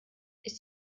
ist